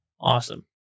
awesome